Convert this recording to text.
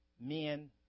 men